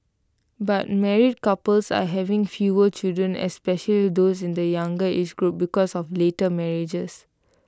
but married couples are having fewer children especially those in the younger age groups because of later marriages